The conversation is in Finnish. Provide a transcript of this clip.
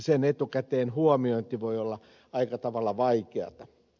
sen etukäteen huomiointi voi olla aika tavalla vaikeata